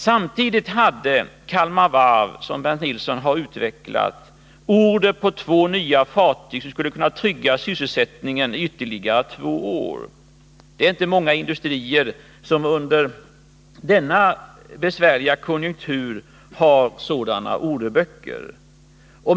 Samtidigt hade Kalmar Varv, som Bernt Nilsson har utvecklat, order på två nya fartyg, som skulle kunna trygga sysselsättningen i ytterligare två år. Det är inte många industrier som under denna besvärliga konjunktur har sådana orderböcker.